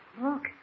Look